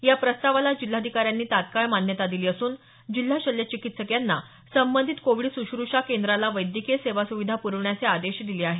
या प्रस्तावाला जिल्हाधिकाऱ्यांनी तत्काळ मान्यता दिली असून जिल्हा शल्यचिकित्सक यांना संबंधित कोविड सुश्रूषा केंद्राला वैद्यकीय सेवा सुविधा पुरविण्याचे आदेश दिले आहेत